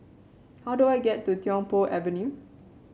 how do I get to Tiong Poh Avenue